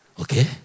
Okay